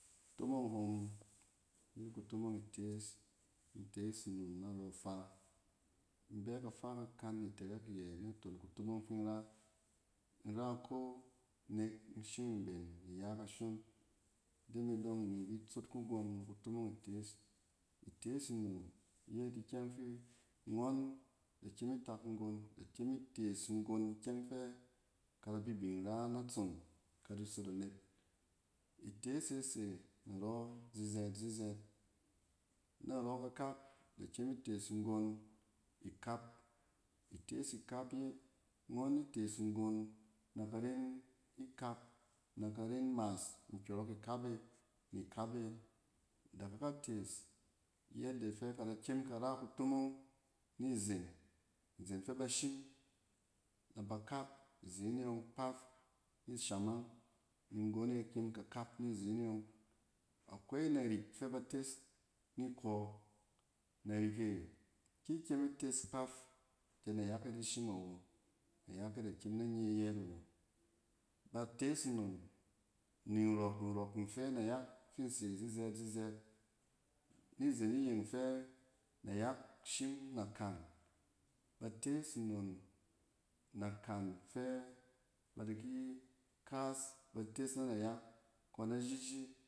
Kutomong hom, yet kutomong itees, itees nnon narɔ ifaɛ. In bɛ kafa kakan ni itɛrɛk iyɛ naton kutonmong ɔng fin ra. In ra iko nek in shin mben ni ya kashon. Ide me dɔng imi i tsot kugom ni kutomong itees. Itees nnon yet ikyɛng fi ngɔn da kyem itak nggon da kyem itees nggon ikyɛng fɛ ka da bi bin ra natson ka di sot anet. Itees e se narɔ zizɛɛt-zizɛɛt. Narɔ kakak, da kyem itees nggon ikap. Itees ikap yet ngɔn ni tees nggon na ka ren ikap, na ka ren mas nkyɔrɔk ikap e ni ikape. Da kaka tees yadde fɛ ka da kyem ka ra kutomong nizen. Izen fɛ ba shim naba kap, izene yɔng kpaf nishanmang nggon e kyem ka kap nizen e yɔng. Akwai narik fɛ ba tes ni kɔ, narik e, ki ikyem ites kpaf kɛ nayak e da shim awo, nayak e da kyem na nye yɛɛt awo. Ba tees nnon nin rɔkɔnrɔk in fɛ nayak fin se zizɛɛt-zizɛɛt. Nizen iyeng fɛ nayak shim nakan ba tees nnon nakan fɛ ba di ki kaas, ba tes na nayak kɔn ajiji.